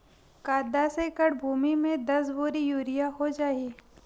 का दस एकड़ भुमि में दस बोरी यूरिया हो जाही?